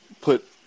put